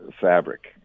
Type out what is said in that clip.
fabric